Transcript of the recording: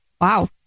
Wow